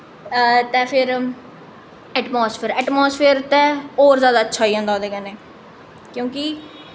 ते फिर atmosphere atmosphere ते होर अच्छा होई जंदा ओह्दे कन्नै क्योंकि